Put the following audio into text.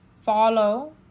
follow